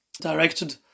directed